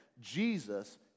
Jesus